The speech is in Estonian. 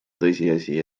tõsiasi